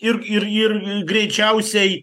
ir ir ir greičiausiai